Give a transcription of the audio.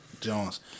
Jones